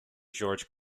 george